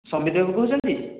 ସମ୍ବିତ୍ ବାବୁ କହୁଛନ୍ତି